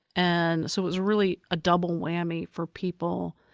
and so it was really a double whammy for people,